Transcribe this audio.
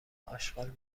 اشغال